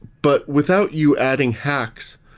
but without you adding hacks,